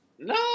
No